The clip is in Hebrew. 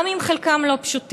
גם אם חלקם לא פשוטים.